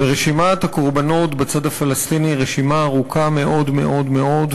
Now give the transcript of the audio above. ורשימת הקורבנות בצד הפלסטיני היא רשימה ארוכה מאוד מאוד מאוד,